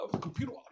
computer